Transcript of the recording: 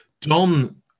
Don